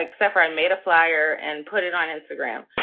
except i made a flyer and put it on instagram,